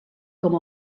com